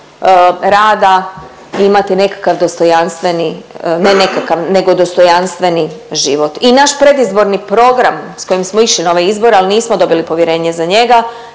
rada i imati nekakav dostojanstveni, ne nekakav nego dostojanstveni život. I naš predizborni program s kojim smo išli na ove izbore, a nismo dobili povjerenje za njega,